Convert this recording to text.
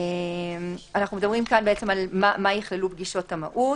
אנחנו מדברים על מה תכלולנה פגישות המהו"ת.